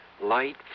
light